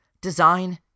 design